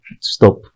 Stop